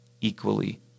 equally